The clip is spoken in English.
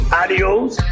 adios